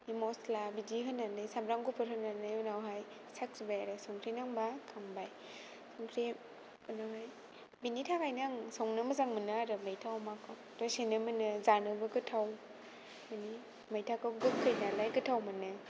मस्ला बिदि होनानै सामब्राम गुफुर होनानै उनावहाय साखिबाय आरो संख्रि नांबा खांबाय ओमफ्राय बिनि थाखायनो आं संनो मोजां मोनो आरो मैथा अमाखौ दसेनो मोनो जानोबो गोथाव मैथाखौ गोखै नालाय गोथाव मोनो